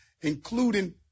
including